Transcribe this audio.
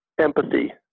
empathy